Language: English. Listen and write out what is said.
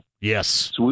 Yes